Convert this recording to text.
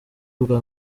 ubwa